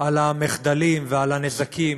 על המחדלים ועל הנזקים